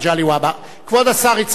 כבוד השר יצחק כהן ישיב